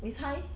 你猜